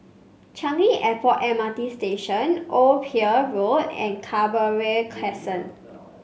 Changi Airport M R T Station Old Pier Road and Canberra Crescent